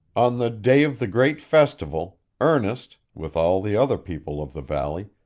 on the day of the great festival, ernest, with all the other people of the valley,